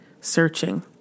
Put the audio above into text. searching